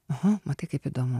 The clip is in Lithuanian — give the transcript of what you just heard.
aha matai kaip įdomu